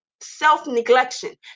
self-neglection